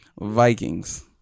Vikings